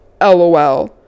LOL